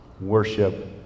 Worship